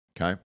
Okay